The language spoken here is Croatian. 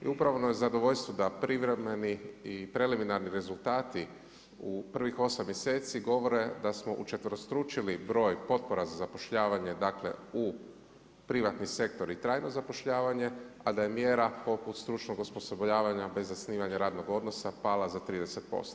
I upravo je zadovoljstvo da privremeni i preliminarni rezultati u prvih osam mjeseci govore da smo učetverostručili broj potpora za zapošljavanje, dakle u privatni sektor i trajno zapošljavanje, a da je mjera poput stručnog osposobljavanja bez zasnivanja radnog odnosa pala za 30%